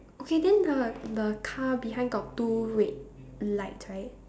okay then the the car behind got two red lights right